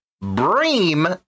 Bream